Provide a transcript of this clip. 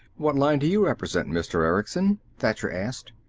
what line do you represent, mr. erickson? thacher asked.